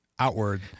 Outward